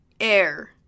air